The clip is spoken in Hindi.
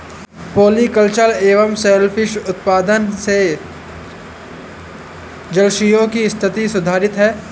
पॉलिकल्चर एवं सेल फिश उत्पादन से जलाशयों की स्थिति सुधरती है